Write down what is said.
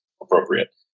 appropriate